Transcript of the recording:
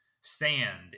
sand